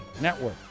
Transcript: Network